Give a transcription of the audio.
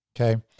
Okay